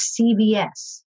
CVS